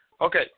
Okay